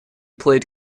played